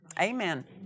Amen